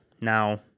Now